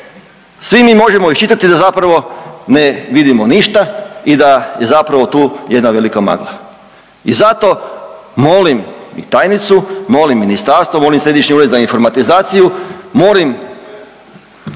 Svi mi možemo iščitati da zapravo ne vidimo ništa i da je zapravo tu jedna velika magla. I zato molim i tajnicu, molim ministarstvo, molim Središnji ured za informatizaciju, molim